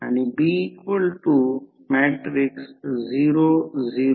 44 f ∅m N1 हे माहीत आहे की N1 E1 4